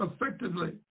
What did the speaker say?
effectively